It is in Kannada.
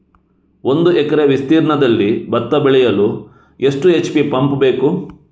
ಒಂದುಎಕರೆ ವಿಸ್ತೀರ್ಣದಲ್ಲಿ ಭತ್ತ ಬೆಳೆಯಲು ಎಷ್ಟು ಎಚ್.ಪಿ ಪಂಪ್ ಬೇಕು?